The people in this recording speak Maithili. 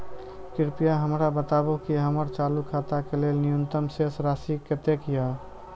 कृपया हमरा बताबू कि हमर चालू खाता के लेल न्यूनतम शेष राशि कतेक या